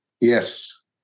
Yes